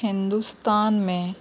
ہندوستان میں